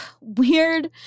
weird